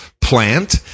plant